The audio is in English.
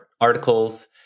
articles